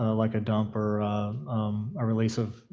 ah like a dump or a release of